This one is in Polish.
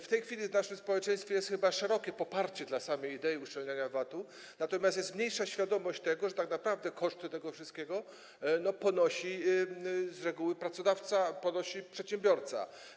W tej chwili w naszym społeczeństwie jest chyba szerokie poparcie dla samej idei uszczelniania VAT-u, natomiast jest mniejsza świadomość tego, że tak naprawdę koszty tego wszystkiego ponosi z reguły pracodawca, przedsiębiorca.